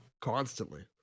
Constantly